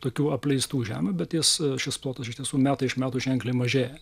tokių apleistų žemių bet jis šis plotas iš tiesų metai iš metų ženkliai mažėja